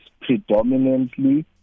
predominantly